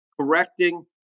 correcting